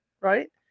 Right